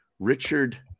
Richard